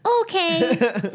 Okay